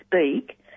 speak